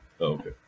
Okay